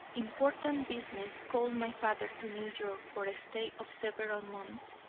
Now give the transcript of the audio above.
important business called my father to new york for a stay of several months,